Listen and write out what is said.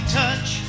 touch